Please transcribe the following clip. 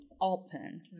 open